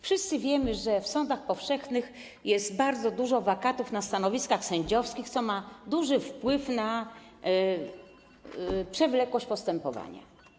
Wszyscy wiemy, że w sądach powszechnych jest bardzo dużo wakatów na stanowiskach sędziowskich, co ma duży wpływ na przewlekłość postępowania.